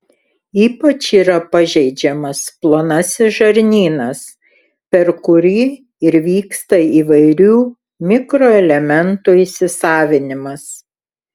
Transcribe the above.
ypač yra pažeidžiamas plonasis žarnynas per kurį ir vyksta įvairių mikroelementų įsisavinimas